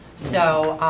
so,